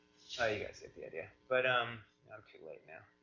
aw, you guys get the idea, but um i'm too late now.